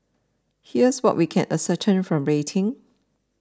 here's what we can ascertain from rating